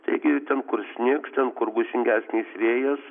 taigi ten kur snigs ten kur gūsingesnis vėjas